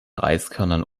reiskörnern